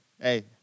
Hey